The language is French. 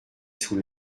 sous